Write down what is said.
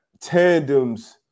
tandems